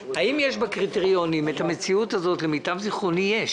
האם יש בקריטריונים התייחסות למציאות הזאת למיטב זיכרוני יש